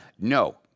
No